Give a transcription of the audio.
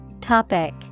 Topic